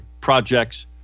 projects